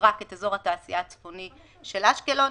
רק את אזור התעשייה הצפוני של אשקלון,